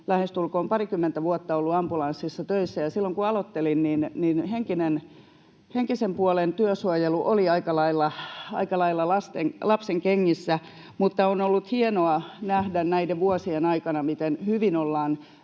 lähestulkoon parikymmentä vuotta ollut ambulanssissa töissä, ja silloin kun aloittelin, henkisen puolen työsuojelu oli aika lailla lapsenkengissä, mutta on ollut hienoa nähdä näiden vuosien aikana, miten hyvin ollaan